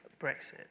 Brexit